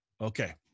Okay